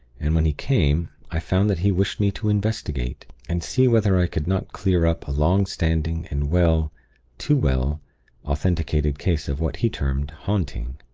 and when he came, i found that he wished me to investigate and see whether i could not clear up a long-standing and well too well authenticated case of what he termed haunting.